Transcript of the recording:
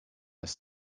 this